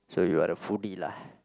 so you are a foodie lah